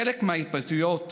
חלק מהתבטאויות